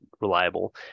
reliable